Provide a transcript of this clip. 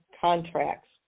contracts